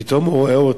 פתאום הוא רואה אותי,